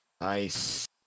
Nice